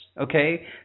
okay